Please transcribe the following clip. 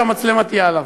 שהמצלמה תהיה עליו.